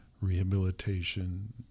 rehabilitation